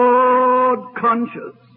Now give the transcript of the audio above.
God-conscious